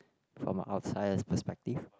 from a outsider perspective